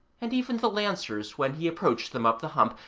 and even the lancers, when he approached them up the hump,